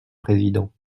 président